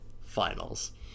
finals